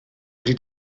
wedi